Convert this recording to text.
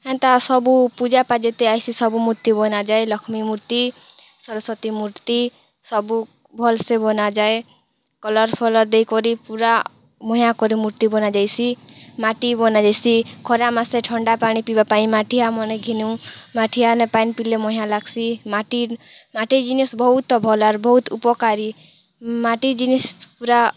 ହେନ୍ତା ସବୁ ପୂଜାପାଠ୍ ଯେତେ ଆଏସି ସବୁ ମୂର୍ତ୍ତି ବନାଯାଏ ଲକ୍ଷ୍ମୀ ମୂର୍ତ୍ତି ସରସ୍ବତୀ ମୂର୍ତ୍ତି ସବୁ ଭଲସେ ବନାଯାଏ କଲର୍ ଫଲର୍ ଦେଇକରି ପୂରା ମୁହିଁଆ କରି ମୂର୍ତ୍ତି ବନାଯାଏସି ମାଟି ବନାଯାଏସି ଖରା ମାସେ ଠଣ୍ଡା ପାଣି ପିଇବା ପାଇଁ ମାଠିଆ ମାନେ ଘିନୁ ମାଠିଆନେ ପାଏନ୍ ପିଇଲେ ବଢ଼ିଆଁ ଲାଗସି ମାଟି ଜିନିଷ୍ ବହୁତ ଭଲ ଆର୍ ବହୁତ୍ ଉପକାରୀ ମାଟି ଜିନିଷ୍ ପୂରା